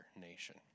nation